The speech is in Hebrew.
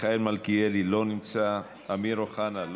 מיכאל מלכיאלי, לא נמצא, אמיר אוחנה,